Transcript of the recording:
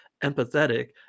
empathetic